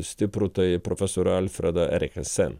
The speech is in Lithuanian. stiprų tai profesorių alfredą erich sen